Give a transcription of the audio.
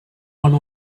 one